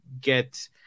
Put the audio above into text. get